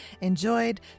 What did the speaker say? enjoyed